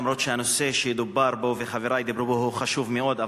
למרות שהנושא שדובר בו וחברי דיברו בו הוא חשוב מאוד,